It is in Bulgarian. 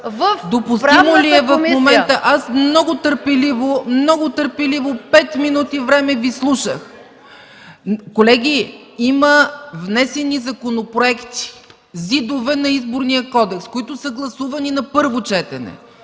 В Правната комисия.